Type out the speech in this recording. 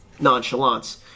Nonchalance